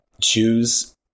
choose